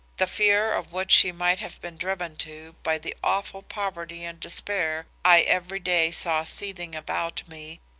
the fear of what she might have been driven to by the awful poverty and despair i every day saw seething about me,